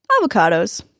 Avocados